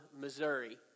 Missouri